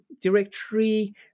directory